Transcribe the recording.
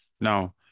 Now